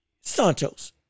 Santos